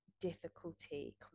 difficulty